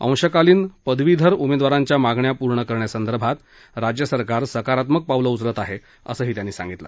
अंशकालीन पदवीधर उमेदवारांच्या मागण्या पूर्ण करण्यासंदर्भात राज्य शासन सकारात्मक पावलं उचलत आहे असं ते म्हणाले